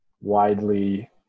widely